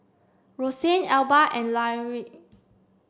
Rosanne Elba and Lyric